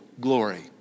glory